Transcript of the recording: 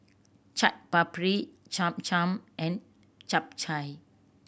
Chaat Papri Cham Cham and Japchae